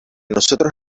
nosotros